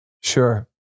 Sure